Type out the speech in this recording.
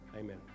Amen